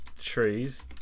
trees